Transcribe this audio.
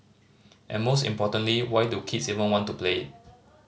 and most importantly why do kids even want to play it